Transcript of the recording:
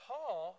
Paul